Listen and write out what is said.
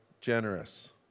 generous